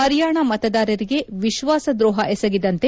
ಹರಿಯಾಣ ಮತದಾರರಿಗೆ ವಿಶ್ಯಾಸದ್ರೋಹ ಎಸಗಿದಂತೆ